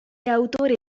autore